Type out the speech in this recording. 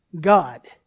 God